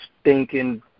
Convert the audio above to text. stinking